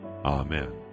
Amen